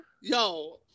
Yo